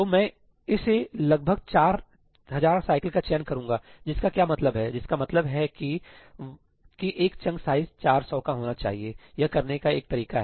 तो मैं इसे लगभग 4000 साइकिलस का चयन करूंगा जिसका क्या मतलब है जिसका मतलब है कि के एक चंक साइज 400 का होना चाहिए यह करने का एक तरीका है